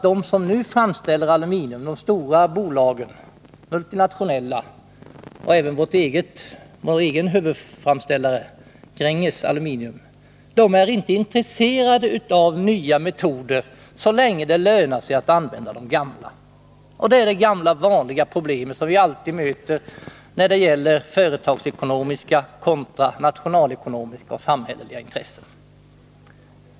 De som nu framställer aluminium — de stora och multinationella bolagen och även vår egen huvudframställare, Gränges Aluminium — är inte intresserade av nya metoder så länge det lönar sig att använda den gamla. Det är det gamla vanliga problemet som vi alltid möter när det gäller företagsekonomiska kontra nationalekonomiska och samhälleliga intressen.